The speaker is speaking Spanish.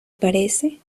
parece